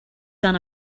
son